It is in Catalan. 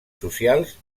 socials